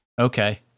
Okay